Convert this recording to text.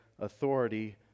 authority